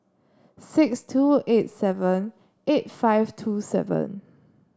six two eight seven eight five two seven